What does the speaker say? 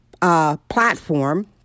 platform